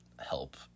help